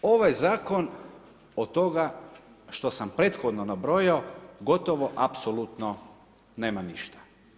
Ovaj zakon od toga što sam prethodno nabrojao, gotovo apsolutno nema ništa.